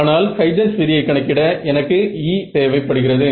ஆனால் ஹைஜன்ஸ் விதியை கணக்கிட எனக்கு E தேவை படுகிறது